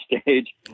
stage